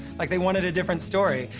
like, they wanted a different story.